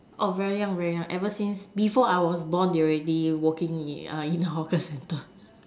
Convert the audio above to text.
oh very young very young ever since before I was born they already working uh in a hawker centre